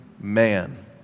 man